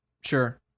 Sure